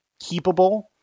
keepable